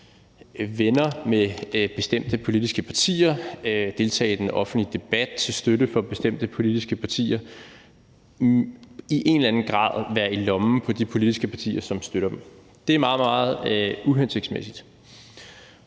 venner med bestemte politiske partier, deltage i den offentlige debat til støtte for bestemte politiske partier og i en eller anden grad være i lommen på de politiske partier, som støtter dem. Det er meget, meget uhensigtsmæssigt.